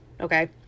okay